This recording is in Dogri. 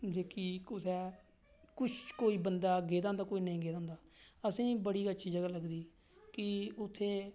जेह्की कुदै कुसै कोई बंदा गेदा होंदा कोई बंदा नेईं गेदा होंदा असेंई बड़ी अच्छी जगह लगदी कि उत्थें